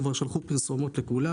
הן כבר שלחו פרסומות לכולם,